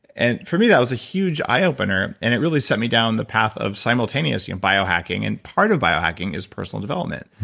and for me, that was a huge eye opener. and it really sent me down the path of simultaneous you know bio-hacking and part of bio-hacking is personal development.